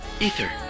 Ether